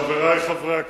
חברי חברי הכנסת,